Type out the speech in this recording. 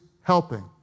helping